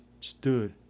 stood